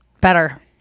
better